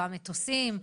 במטוסים.